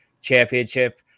championship